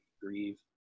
grieve